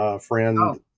Friend